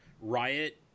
riot